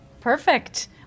Perfect